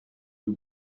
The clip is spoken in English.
you